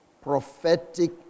prophetic